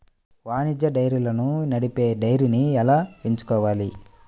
వాణిజ్య డైరీలను నడిపే డైరీని ఎలా ఎంచుకోవాలి?